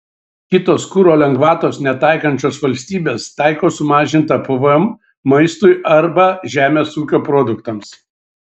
kitos kuro lengvatos netaikančios valstybės taiko sumažintą pvm maistui arba žemės ūkio produktams